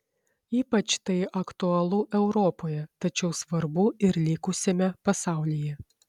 ypač tai aktualu europoje tačiau svarbu ir likusiame pasaulyje